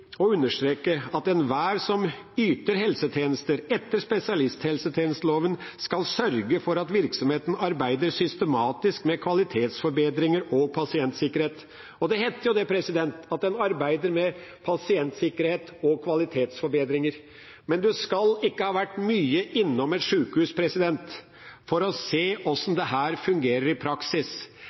å understreke at enhver som yter helsetjenester etter spesialisthelsetjenesteloven, skal sørge for at virksomheten arbeider systematisk med kvalitetsforbedringer og pasientsikkerhet. Det heter at en arbeider med pasientsikkerhet og kvalitetsforbedringer, men en skal ikke ha vært mye innom et sykehus for å se hvordan dette fungerer i praksis,